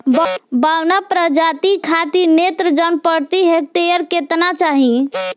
बौना प्रजाति खातिर नेत्रजन प्रति हेक्टेयर केतना चाही?